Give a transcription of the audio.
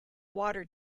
water